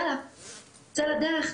צא לדרך,